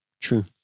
True